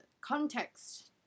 context